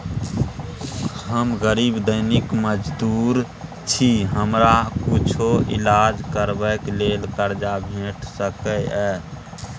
हम गरीब दैनिक मजदूर छी, हमरा कुछो ईलाज करबै के लेल कर्जा भेट सकै इ?